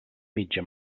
mitja